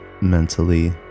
mentally